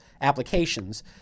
applications